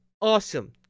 awesome